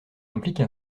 implique